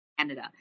Canada